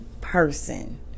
person